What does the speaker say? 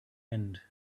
end